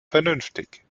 vernünftig